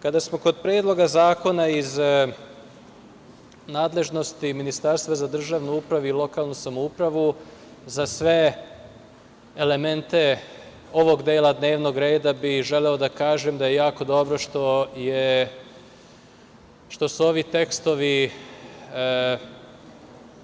Kada smo kod predloga zakona iz nadležnosti Ministarstva za državnu upravu i lokalnu samoupravu, za sve elemente ovog dela dnevnog reda bi želeo da kažem da je jako dobro što su ovi tekstovi